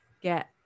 get